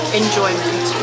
enjoyment